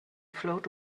float